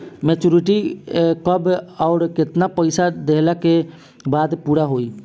Maturity कब आउर केतना पईसा देहला के बाद पूरा होई?